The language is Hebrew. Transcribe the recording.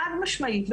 חד משמעית.